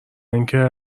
اینکه